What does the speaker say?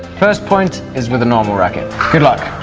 first point is with a normal racket. good luck!